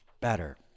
better